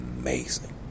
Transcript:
amazing